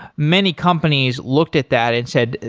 many companies looked at that and said,